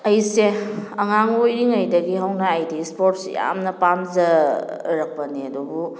ꯑꯩꯁꯦ ꯑꯉꯥꯡ ꯑꯣꯏꯔꯤꯉꯩꯗꯒꯤ ꯍꯧꯅ ꯑꯩꯗꯤ ꯏꯁꯄꯣꯔꯠꯁꯦ ꯌꯥꯝꯅ ꯄꯥꯝꯖꯔꯛꯄꯅꯦ ꯑꯗꯨꯕꯨ